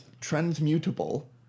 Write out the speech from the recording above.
transmutable